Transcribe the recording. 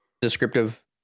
descriptive